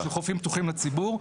של חופים פתוחים לציבור.